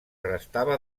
restava